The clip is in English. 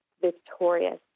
victorious